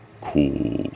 cool